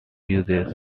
uses